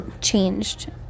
changed